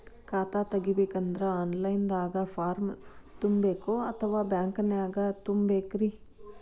ಖಾತಾ ತೆಗಿಬೇಕಂದ್ರ online ದಾಗ ಫಾರಂ ತುಂಬೇಕೊ ಅಥವಾ ಬ್ಯಾಂಕನ್ಯಾಗ ತುಂಬ ಬೇಕ್ರಿ?